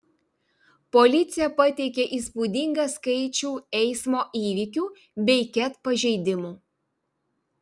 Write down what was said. policija pateikė įspūdingą skaičių eismo įvykių bei ket pažeidimų